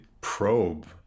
probe